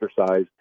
exercise